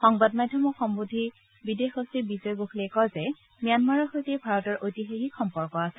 সংবাদ মাধ্যমক সম্বোধন কৰি বিদেশ সচিব বিজয় গোখলে কয় যে ম্যানমাৰৰ সৈতে ভাৰতৰ ঐতিহাসিক সম্পৰ্ক আছে